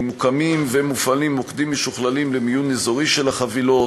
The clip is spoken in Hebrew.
מוקמים ומופעלים מוקדים משוכללים למיון אזורי של החבילות,